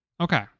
Okay